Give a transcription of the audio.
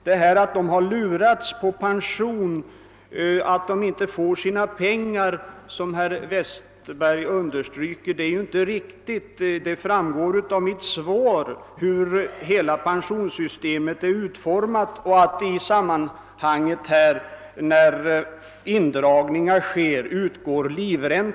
Att dessa telefonister har lurats på pension, att de inte får sina pengar, som herr Westberg uttryckte det, är ju inte riktigt. Det framgår av mitt svar, hur hela pensionssystemet är utformat och att det, när indragningar sker, utgår livränta.